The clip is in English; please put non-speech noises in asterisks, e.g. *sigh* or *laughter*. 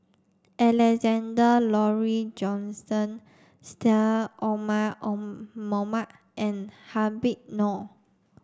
Alexander Laurie Johnston Syed Omar *unintelligible* Mohamed and Habib Noh